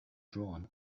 drawn